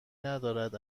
ندارد